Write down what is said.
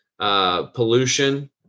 Pollution